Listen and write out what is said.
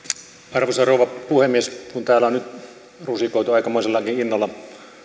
arvoisa rouva puhemies kun täällä on nyt rusikoitu aikamoisellakin innolla